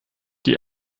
die